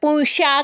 পুঁই শাক